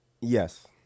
Yes